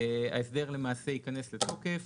ההסדר ייכנס לתוקף